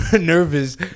nervous